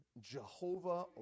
jehovah